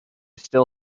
still